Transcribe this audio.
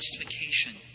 justification